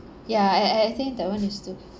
ya I I think that one is to